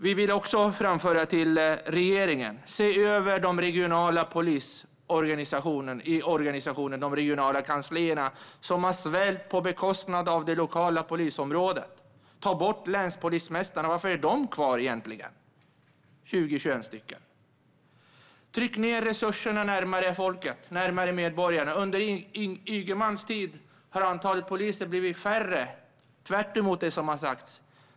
Vi vill också framföra något till regeringen: Se över den regionala polisorganisationen och de regionala kanslierna, som har svällt på bekostnad av det lokala polisområdet! Ta bort länspolismästarna! Varför är de kvar egentligen - det finns 20-21 sådana? Tryck ned resurserna närmare folket, närmare medborgarna! Under Ygemans tid har antalet poliser blivit mindre, tvärtemot det som har sagts.